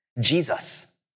Jesus